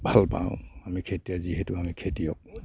ভালপাওঁ আমি খেতিয়ে যিহেতু আমি খেতিয়ক